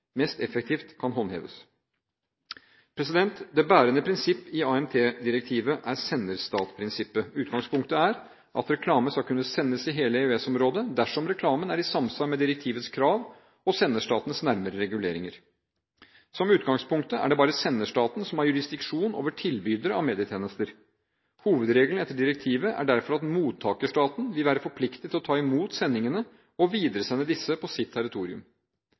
mest effektivt kan håndheves. Det bærende prinsipp i AMT-direktivet er senderstatsprinsippet. Utgangspunktet er at reklame skal kunne sendes i hele EØS-området dersom reklamen er i samsvar med direktivets krav og senderstatens nærmere reguleringer. Som utgangspunkt er det bare senderstaten som har jurisdiksjon over tilbydere av medietjenester. Hovedregelen etter direktivet er derfor at mottakerstaten vil være forpliktet til å ta i mot sendingene og videresende disse på sitt territorium.